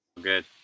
good